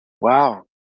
Wow